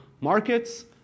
markets